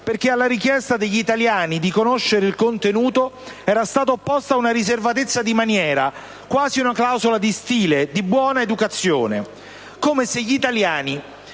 parlato in precedenza - di conoscerne il contenuto era stata opposta una riservatezza di maniera, quasi una clausola di stile e di buona educazione, come se gli italiani